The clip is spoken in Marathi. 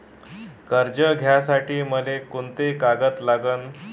कर्ज घ्यासाठी मले कोंते कागद लागन?